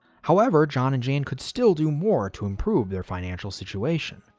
however, john and jane could still do more to improve their financial situation.